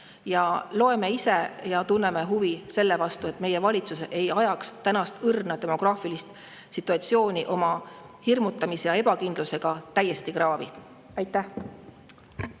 Ja tunneme huvi selle vastu, et meie valitsus ei ajaks tänast õrna demograafilist situatsiooni oma hirmutamise ja ebakindlusega täiesti kraavi! Aitäh!